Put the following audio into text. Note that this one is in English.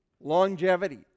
Longevity